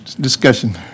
discussion